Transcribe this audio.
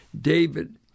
David